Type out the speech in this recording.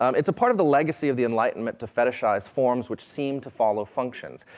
um it's a part of the legacy of the enlightenment to fetishize forms which seems to follow functions,